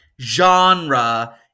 genre